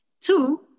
Two